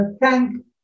thank